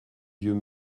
vieux